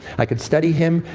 i could study him,